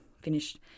finished